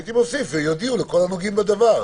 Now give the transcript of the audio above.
הייתי מוסיף: "ויודיעו לכל הנוגעים בדבר".